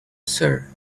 sir